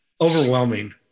overwhelming